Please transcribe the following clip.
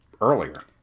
earlier